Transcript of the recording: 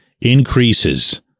increases